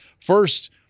first